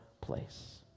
place